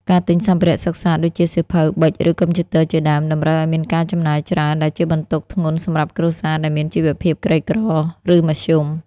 ការទិញសម្ភារៈសិក្សាដូចជាសៀវភៅ ប៊ិច ឬកុំព្យូទ័រ ជាដើម តម្រូវឲ្យមានការចំណាយច្រើន ដែលជាបន្ទុកធ្ងន់សម្រាប់គ្រួសារដែលមានជីវភាពក្រីក្រឬមធ្យម។